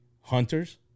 hunters